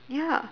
ya